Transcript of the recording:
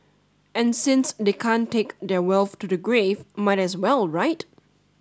and since they can't take their wealth to the grave might as well right